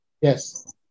Yes